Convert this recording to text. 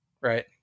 Right